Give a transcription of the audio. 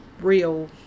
real